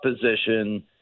position